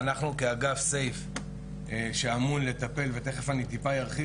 ואנחנו כאגף "סייף" שאמון לטפל אני ארחיב